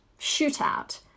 shootout